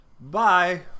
bye